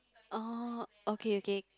oh okay okay